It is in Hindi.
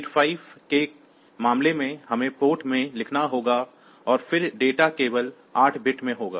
8085 के मामले में हमें पोर्ट में लिखना होगा और फिर डेटा केवल 8 बिट्स में होगा